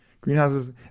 greenhouses